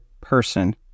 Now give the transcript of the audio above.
person